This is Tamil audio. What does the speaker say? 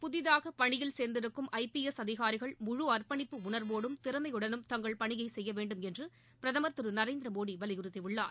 புதிதாக பணியில் சேர்ந்திருக்கும் ஐ பி எஸ் அதிகாரிகள் முழு அர்ப்பணிப்பு உணர்வோடும் திறமையுடனும் தங்கள் பணியை செய்ய வேண்டும் என்று பிரதமர் திரு நரேந்திரமோடி வலியுறுத்தியுள்ளார்